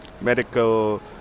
medical